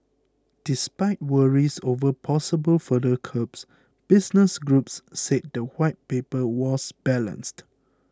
despite worries over possible further curbs business groups said the White Paper was balanced